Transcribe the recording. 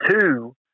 two